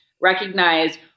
recognize